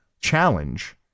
challenge